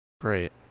Great